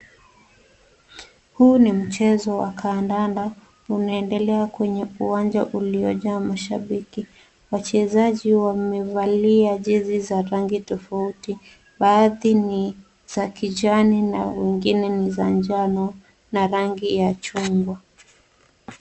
Huu ni mchezo wa kadanda unaendelea kwenye uwanja uliojaa mashabiki. Wachezaji wamevalia jezi za rangi tofauti. Baadhi ni za kijani na wengine ni za njano na rangi ya chungwa.